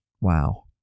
wow